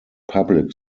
public